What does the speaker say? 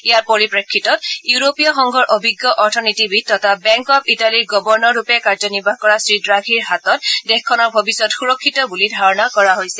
ইয়াৰ পৰিপ্ৰেক্ষিতত ইউৰোপীয় সংঘৰ অভিজ্ঞ অথনীতিবিদ তথা বেংক অৱ ইটালীৰ গৱৰ্ণৰৰূপে কাৰ্য্যনিৰ্বাহ কৰা শ্ৰীড্ৰাঘিৰ হাতত দেশখনৰ ভৱিষ্যৎ সুৰক্ষিত বুলি ধাৰণা কৰা হৈছে